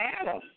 Adam